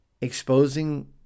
exposing